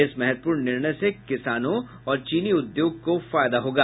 इस महत्वपूर्ण निर्णय से किसानों और चीनी उद्योग को फायदा होगा